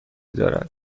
دارد